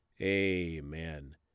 amen